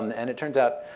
and and it turns out